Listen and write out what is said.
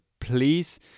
please